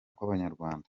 kw’abanyarwanda